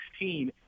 2016